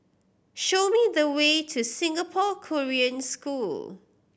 show me the way to Singapore Korean School